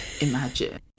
Imagine